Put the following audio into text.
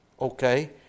Okay